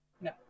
No